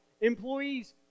Employees